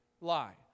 lie